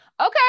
Okay